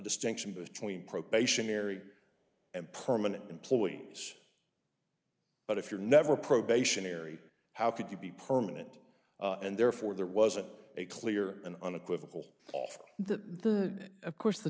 distinction between probationary and permanent employees but if you're never a probationary how could you be permanent and therefore there wasn't a clear and unequivocal of